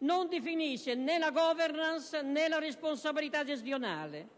Non definisce né la *governance* né la responsabilità gestionale;